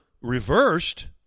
reversed